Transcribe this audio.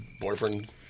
boyfriend